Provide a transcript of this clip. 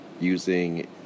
...using